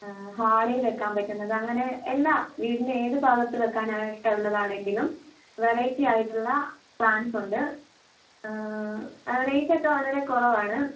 ഹാളിൽ വെയ്ക്കാൻ പറ്റുന്നത് അങ്ങനെ എല്ലാം വീടിൻ്റെ ഏത് ഭാഗത്ത് വെയ്ക്കാൻ ആയിട്ടുള്ളതാണെങ്കിലും വെറൈറ്റീ ആയിട്ടുള്ള പ്ലാൻ്റസ് ഉണ്ട് റേറ്റ് ഒക്കെ വളരെ കുറവാണ്